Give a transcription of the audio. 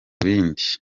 bindi